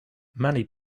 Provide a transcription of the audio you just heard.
many